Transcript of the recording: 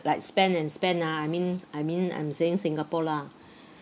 like spend and spend ah I mean I mean I'm saying singapore lah